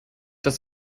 das